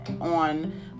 on